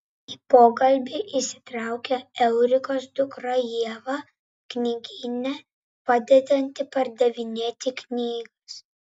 į pokalbį įsitraukia eurikos dukra ieva knygyne padedanti pardavinėti knygas